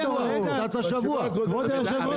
כבוד היושב ראש,